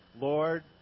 Lord